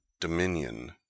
dominion